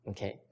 Okay